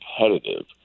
competitive